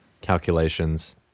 calculations